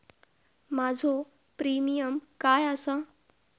माझो प्रीमियम काय आसा?